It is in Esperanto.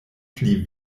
pli